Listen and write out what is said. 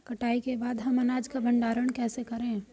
कटाई के बाद हम अनाज का भंडारण कैसे करें?